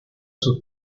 sus